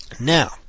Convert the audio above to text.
Now